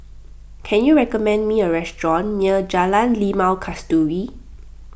can you recommend me a restaurant near Jalan Limau Kasturi